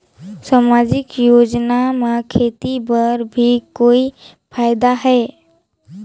समाजिक योजना म खेती बर भी कोई फायदा है?